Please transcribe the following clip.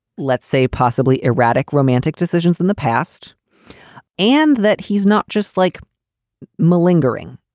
let's say, possibly erratic romantic decisions in the past and that he's not just like malingering.